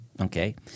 Okay